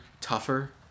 tougher